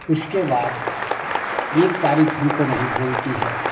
उसके बाद एक तारीख हमको नहीं भूलती है